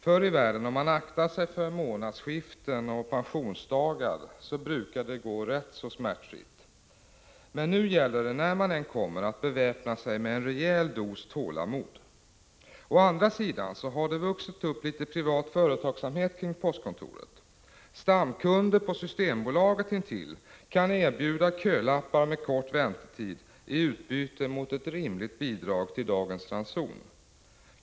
Förr i världen — om man aktade sig för månadsskiften och pensionsdagar — brukade det gå rätt smärtfritt. Men nu gäller det att när man än kommer beväpna sig med en rejäl dos tålamod. Å andra sidan har det vuxit upp litet privat företagsamhet kring postkonto ret. Stamkunderna på systembolaget intill kan erbjuda kölappar med kort väntetid i utbyte mot ett rimligt bidrag till dagens ranson.